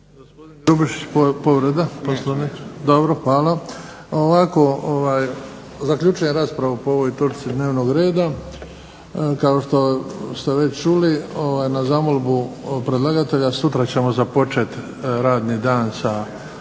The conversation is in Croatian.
Gospodin Grubišić, povreda Poslovnika. Dobro, hvala. Ovako zaključujem raspravu po ovoj točci dnevnog reda. Kao što ste već čuli na zamolbu predlagatelja sutra ćemo započeti radni dan sa